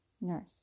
nurse